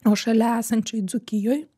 o šalia esančioj dzūkijoj